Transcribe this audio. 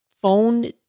phone